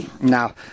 Now